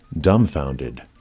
dumbfounded